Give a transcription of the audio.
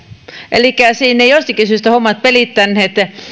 elikkä siinä eivät jostakin syystä hommat pelittäneet ja